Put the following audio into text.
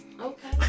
Okay